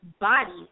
bodies